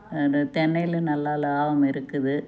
து தென்னையில் நல்லா லாபம் இருக்குது